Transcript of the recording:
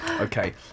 okay